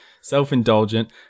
Self-indulgent